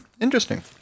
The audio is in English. Interesting